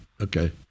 okay